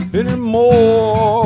anymore